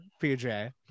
PJ